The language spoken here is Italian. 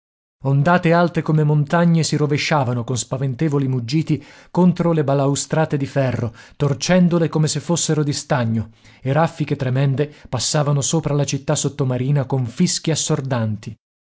ondate alte come montagne si rovesciavano con spaventevoli muggiti contro le balaustrate di ferro torcendole come se fossero di stagno e raffiche tremende passavano sopra la città sottomarina con fischi assordanti